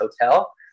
hotel